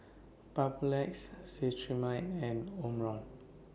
Papulex Cetrimide and Omron